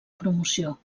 promoció